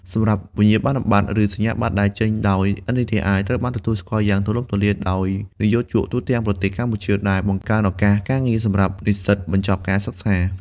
សម្រាប់វិញ្ញាបនបត្រ ឬសញ្ញាបត្រដែលចេញដោយ NTTI ត្រូវបានទទួលស្គាល់យ៉ាងទូលំទូលាយដោយនិយោជកទូទាំងប្រទេសកម្ពុជា ដែលបង្កើនឱកាសការងារសម្រាប់និស្សិតបញ្ចប់ការសិក្សា។